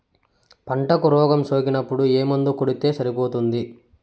పంటకు రోగం సోకినపుడు ఏ మందు కొడితే సరిపోతుంది?